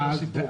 זה כל הסיפור.